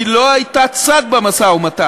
היא לא הייתה צד במשא-ומתן,